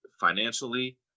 financially